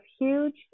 huge